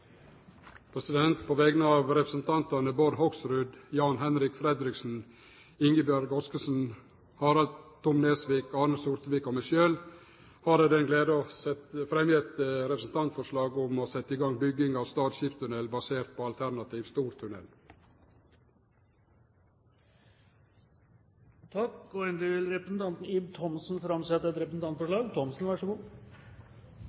På vegner av representantane Bård Hoksrud, Jan-Henrik Fredriksen, Ingebjørg Godskesen, Harald T. Nesvik, Arne Sortevik og meg sjølv har eg den gleda å setje fram eit representantforslag om å setje i gang bygging av Stad skipstunnel basert på alternativet Stor Tunnel. Representanten Ib Thomsen vil framsette et